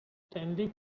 stanley